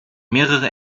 mehrere